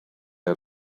out